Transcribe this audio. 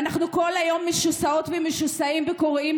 ואנחנו כל היום משוסעות ומשוסעים וקוראים